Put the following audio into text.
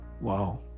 Wow